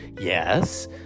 yes